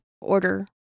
order